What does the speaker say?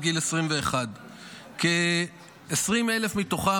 עד גיל 21. כ-20,000 מהם,